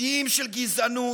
שיאים של גזענות,